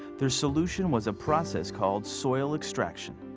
their solution was a process called soil extraction.